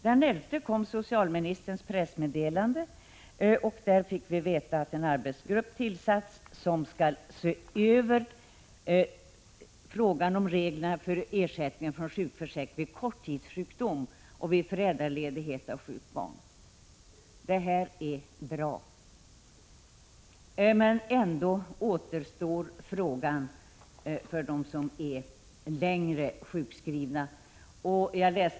Den 11 april kom socialministerns pressmeddelande, i vilket vi fick veta att det inom regeringskansliet tillsatts en arbetsgrupp som skall göra en översyn av reglerna för ersättningen från sjukförsäkringen vid korttidssjukdom och vid föräldraledighet för vård av sjukt barn. Det här är bra. Men ändå återstår frågan om hur saken skall ordnas för dem som är sjukskrivna under längre tid.